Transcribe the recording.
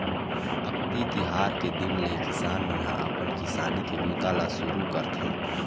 अक्ती तिहार के दिन ले किसान मन ह अपन किसानी के बूता ल सुरू करथे